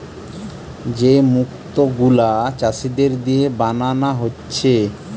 যে মুক্ত গুলা চাষীদের দিয়ে বানানা হচ্ছে